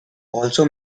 also